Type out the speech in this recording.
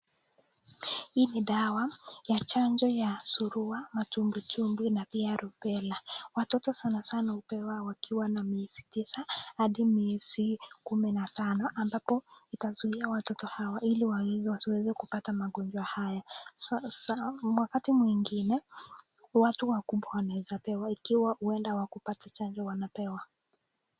Hii ni dawa ya chanjo ya suruwa, machumbi chumbi na pia Rubella, watoto sanasana hupewa wakiwa na miezi tisa hadi miezi kumi na tano, ambapo itazuiya watoto hawa ili wasiweze kupata magonjwa haya. Sawasawa wakati mwingine watu wakubwa wanaeza pewa ikiwa huenda hawakupata chanjo wanapewa.